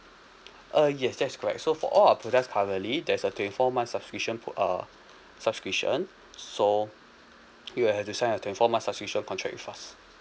uh yes that's correct so for all our products currently there's a twenty four months subscription for uh subscription so you'll have to sign a twenty four months subscription contract with us